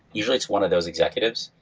usually, it's one of those executives.